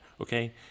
okay